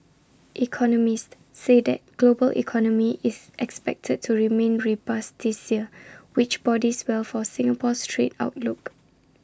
economists say that global economy is expected to remain rebus this year which bodies well for Singapore's trade outlook